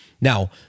now